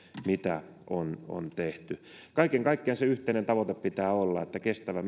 mitä on on tehty kaiken kaikkiaan se yhteinen tavoite pitää olla että kestävää